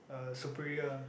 uh superior